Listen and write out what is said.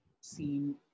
seen